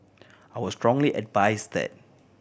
I would strongly advise that